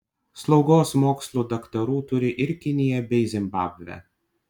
slaugos mokslo daktarų turi ir kinija bei zimbabvė